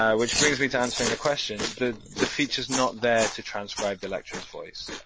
which brings me to answering the question, the the feature's not there to transcribe the lecture's voice,